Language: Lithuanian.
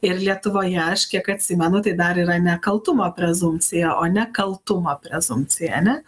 ir lietuvoje aš kiek atsimenu tai dar yra nekaltumo prezumpcija o ne kaltumo prezumpcija ane